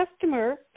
customer